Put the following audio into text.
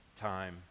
time